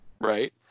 right